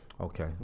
Okay